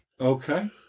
Okay